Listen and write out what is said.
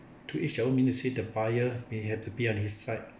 to each their own means to say the buyer may have to pay on his side